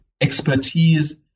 expertise